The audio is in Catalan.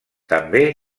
també